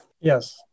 Yes